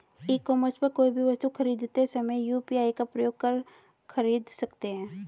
ई commerce पर कोई भी वस्तु खरीदते समय यू.पी.आई का प्रयोग कर खरीद सकते हैं